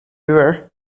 were